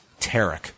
Tarek